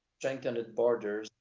truncated borders,